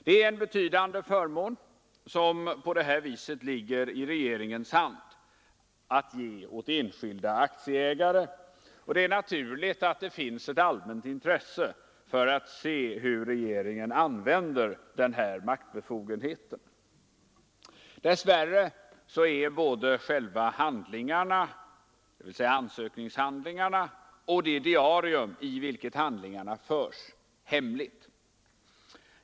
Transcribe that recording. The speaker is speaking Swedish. Det är en betydande förmån som på det viset ligger i regeringens hand att ge åt enskilda aktieägare, och det är naturligt att det finns ett allmänt intresse för att se hur regeringen använder denna maktbefogenhet. Dessvärre är både ansökningshandlingarna om skattebefrielse och det diarium i vilket handlingarna förs hemliga.